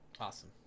awesome